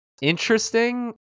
interesting